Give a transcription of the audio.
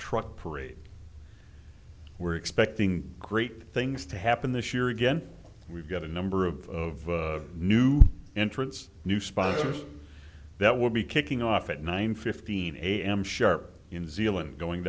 truck parade we're expecting great things to happen this year again we've got a number of new entrants new sponsors that will be kicking off at nine fifteen a m sharp